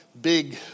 big